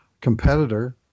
competitor